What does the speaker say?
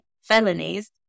Felonies